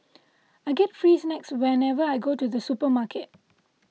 I get free snacks whenever I go to the supermarket